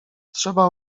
trzeba